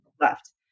left